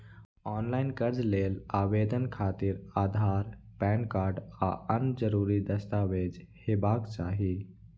ऑनलॉन कर्ज लेल आवेदन खातिर आधार, पैन कार्ड आ आन जरूरी दस्तावेज हेबाक चाही